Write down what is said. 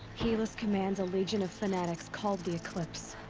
helis commands a legion of fanatics called the eclipse.